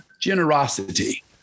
Generosity